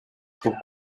pour